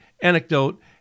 anecdote